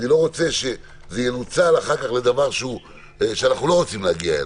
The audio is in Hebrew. לא רוצה שזה ינוצל אחר כך לדבר שאנחנו לא רוצים להגיע אליו.